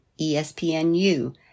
ESPNU